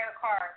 car